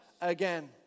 again